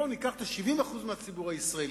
בואו ניקח 70% מהציבור הישראלי.